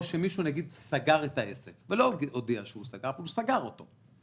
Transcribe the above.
או שמישהו סגר את העסק ולא הודיע שהוא סגר אז